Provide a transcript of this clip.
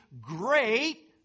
great